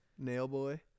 Nailboy